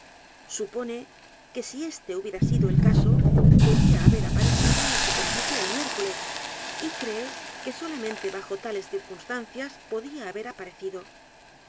supone que si éste hubiera sido el caso debía haber aparecido en la superficie el miércoles y cree que solamente bajo tales circunstancias podía haber aparecido